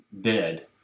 Dead